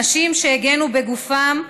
אנשים שהגנו בגופם,